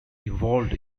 evolved